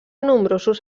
nombrosos